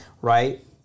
right